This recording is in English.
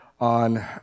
On